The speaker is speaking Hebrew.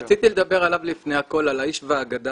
לא, רציתי לדבר עליו לפני הכול, על האיש והאגדה,